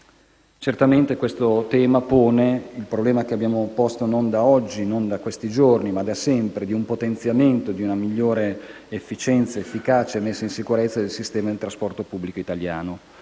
Certamente questo evento pone il problema, che abbiamo sollevato non oggi o negli ultimi giorni ma da sempre, di un potenziamento e di una migliore efficienza, efficacia e messa in sicurezza del sistema di trasporto pubblico italiano.